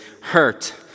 hurt